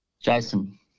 Jason